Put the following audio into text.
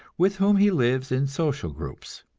with whom he lives in social groups.